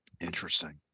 Interesting